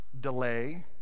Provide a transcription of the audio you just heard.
delay